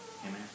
Amen